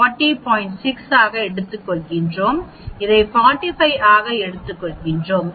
6 ஆக எடுத்துக்கொள்கிறோம் இதை 45 ஆக எடுத்துக்கொள்கிறோம்